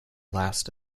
last